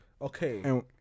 Okay